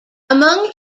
among